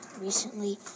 recently